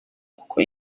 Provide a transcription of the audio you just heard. kuko